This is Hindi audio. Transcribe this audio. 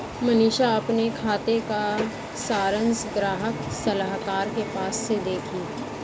मनीषा अपने खाते का सारांश ग्राहक सलाहकार के पास से देखी